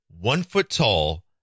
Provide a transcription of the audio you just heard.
one-foot-tall